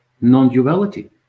non-duality